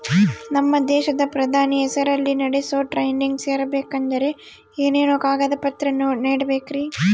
ನಮ್ಮ ದೇಶದ ಪ್ರಧಾನಿ ಹೆಸರಲ್ಲಿ ನಡೆಸೋ ಟ್ರೈನಿಂಗ್ ಸೇರಬೇಕಂದರೆ ಏನೇನು ಕಾಗದ ಪತ್ರ ನೇಡಬೇಕ್ರಿ?